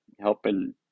helping